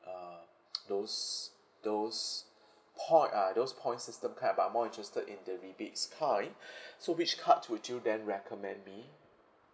uh those those poin~ ah those points system kind ah but I'm more interested in the rebates kind so which card would you then recommend me